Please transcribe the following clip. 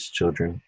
children